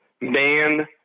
Man